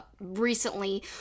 recently